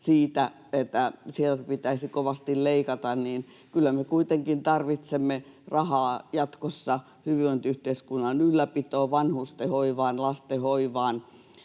että sieltä pitäisi kovasti leikata — että kyllä me tarvitsemme jatkossa rahaa hyvinvointiyhteiskunnan ylläpitoon, vanhustenhoivaan, lastenhoivaan,